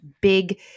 big